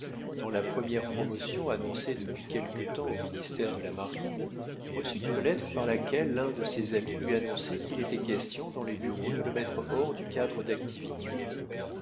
dans la première promotion annoncée depuis quelque temps au ministère de la marine reçut une lettre par laquelle l'un de ses amis lui annonçait qu'il était question dans les bureaux de le mettre hors du cadre d'activité